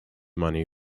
money